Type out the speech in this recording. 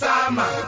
Sama